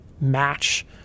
match